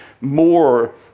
more